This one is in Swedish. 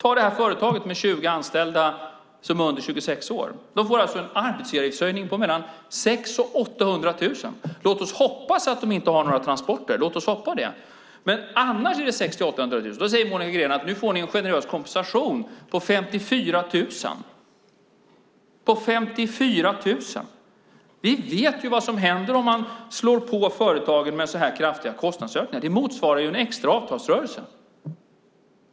Låt oss se på företaget med 20 anställda under 26 år. De får en arbetsgivaravgiftshöjning på mellan 600 000 och 800 000. Låt oss hoppas att de inte har några transportbehov. Annars är det fråga om 600 000-800 000. Då säger Monica Green att de får en generös kompensation på 54 000. Vi vet vad som händer om företagen får så kraftiga kostnadsökningar. Det motsvarar en extra avtalsrörelse.